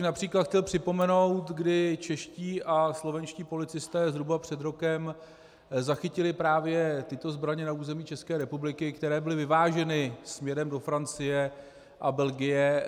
Například bych chtěl připomenout, kdy čeští a slovenští policisté zhruba před rokem zachytili právě tyto zbraně na území České republiky, které byly vyváženy směrem do Francie a Belgie.